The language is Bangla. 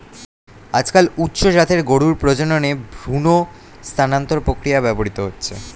আজকাল উচ্চ জাতের গরুর প্রজননে ভ্রূণ স্থানান্তর প্রক্রিয়া ব্যবহৃত হচ্ছে